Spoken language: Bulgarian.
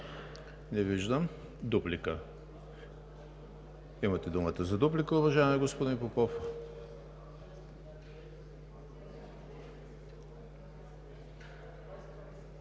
Не виждам. Имате думата за дуплика, уважаеми господин Попов.